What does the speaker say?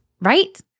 right